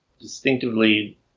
distinctively